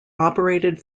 operated